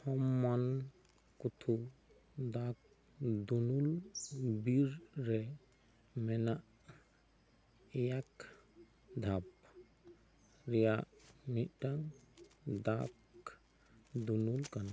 ᱛᱷᱚᱢᱢᱟᱱᱠᱩᱛᱷᱩ ᱫᱟᱜ ᱫᱩᱱᱩᱞ ᱵᱤᱨ ᱨᱮ ᱢᱮᱱᱟᱜ ᱮᱭᱟᱭ ᱫᱷᱟᱯ ᱨᱮᱭᱟᱜ ᱢᱤᱫᱴᱟᱝ ᱫᱟᱜ ᱫᱩᱱᱩᱞ ᱠᱟᱱᱟ